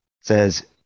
says